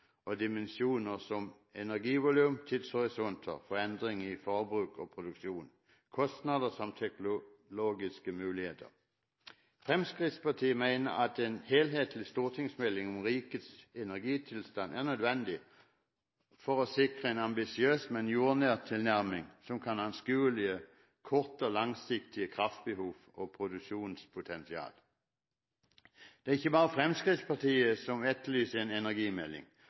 og dimensjoner som energivolum, tidshorisonter for endringer i forbruk og produksjon, kostnader samt teknologiske muligheter. Fremskrittspartiet mener at en helhetlig stortingsmelding om rikets energitilstand er nødvendig for å sikre en ambisiøs, men jordnær tilnærming som kan anskueliggjøre kortsiktig og langsiktig kraftbehov og produksjonspotensial. Det er ikke bare Fremskrittspartiet som etterlyser en energimelding.